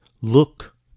look